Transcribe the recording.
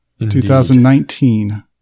2019